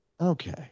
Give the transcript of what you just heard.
Okay